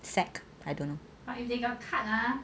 sacked I don't know